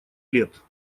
лет